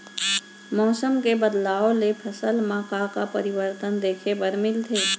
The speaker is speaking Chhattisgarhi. मौसम के बदलाव ले फसल मा का का परिवर्तन देखे बर मिलथे?